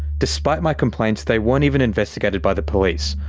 despite my complaints, they weren't even investigated by the police,